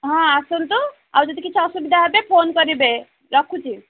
ହଁ ଆସନ୍ତୁ ଆଉ ଯଦି କିଛି ଅସୁବିଧା ହେବ ଫୋନ୍ କରିବେ ରଖୁଛି